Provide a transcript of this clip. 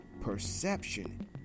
Perception